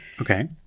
Okay